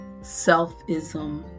selfism